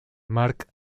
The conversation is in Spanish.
mark